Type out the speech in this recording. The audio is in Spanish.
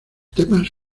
temas